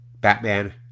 Batman